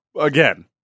Again